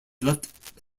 left